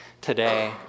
today